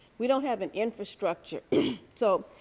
we don't have an infrastructure so